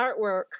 artwork